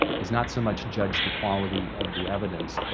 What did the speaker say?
is not so much judge the quality of the evidence, but